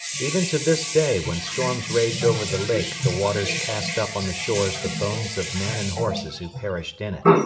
even to this day when storms rage over the lake the waters cast up on the shores the bones of men and horses who perished in it.